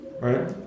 right